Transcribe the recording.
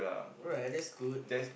alright that's good